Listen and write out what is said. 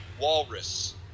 Walrus